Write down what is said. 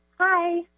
Hi